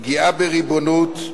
פגיעה בריבונות,